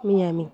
Myanmar